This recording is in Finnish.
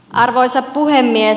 arvoisa puhemies